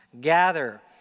gather